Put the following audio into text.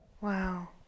Wow